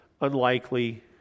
unlikely